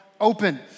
Open